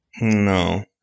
No